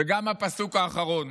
וגם הפסוק האחרון